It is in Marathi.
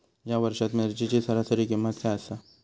या वर्षात मिरचीची सरासरी किंमत काय आसा?